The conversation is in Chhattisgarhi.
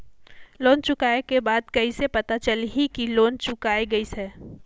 लोन चुकाय के बाद कइसे पता चलही कि लोन चुकाय गिस है?